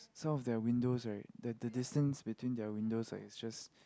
some of their windows right the the distance between their windows right is just